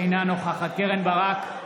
אינה נוכחת קרן ברק,